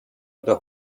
wieder